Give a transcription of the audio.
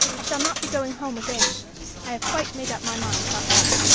i shall not be going home again i have quite made up my mind about that.